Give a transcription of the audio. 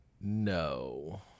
No